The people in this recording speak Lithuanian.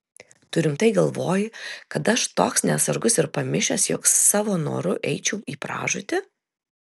tu rimtai galvoji kad aš toks neatsargus ir pamišęs jog savo noru eičiau į pražūtį